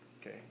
Okay